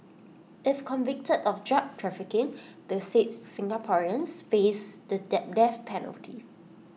if convicted of drug trafficking the six Singaporeans face the death penalty